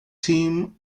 team